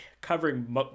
covering